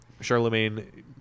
Charlemagne